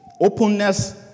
openness